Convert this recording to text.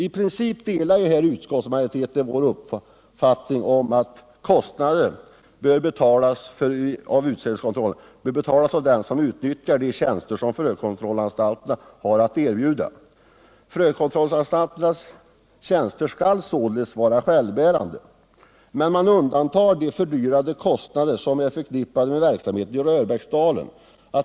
I princip delar utskottsmajoriteten vår uppfattning att kontrollen bör betalas av dem som utnyttjar de tjänster frökontrollanstalterna har att erbjuda. Deras verksamhet skall således vara självbärande. Man undantar emellertid de fördyrade kostnader som är förknippade med verksamheten i Röbäcksdalen.